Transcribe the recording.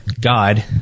God